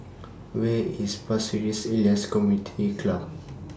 Where IS Pasir Ris Elias Community Club